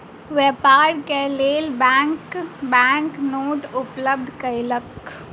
व्यापार के लेल बैंक बैंक नोट उपलब्ध कयलक